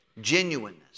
genuineness